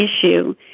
issue